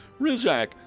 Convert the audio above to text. Rizak